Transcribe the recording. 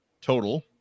total